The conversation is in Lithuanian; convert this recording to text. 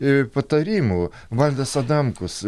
e patarimų valdas adamkus